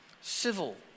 civil